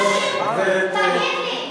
ואתם תגידו מדינה יהודית,